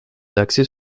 d’accès